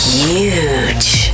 huge